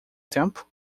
tempo